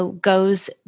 goes